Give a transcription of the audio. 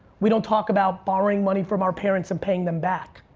we don't talk about borrowing money from our parents and paying them back,